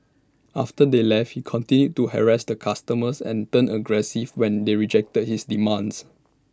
after they left he continued to harass the customers and turned aggressive when they rejected his demands